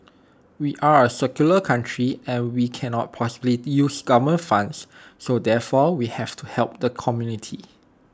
we are A secular country and we cannot possibly use government funds so therefore we have to help the community